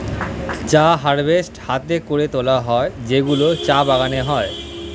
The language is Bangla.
চা হারভেস্ট হাতে করে তোলা হয় যেগুলো চা বাগানে হয়